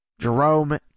Jerome